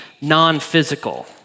non-physical